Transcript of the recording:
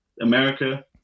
America